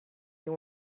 you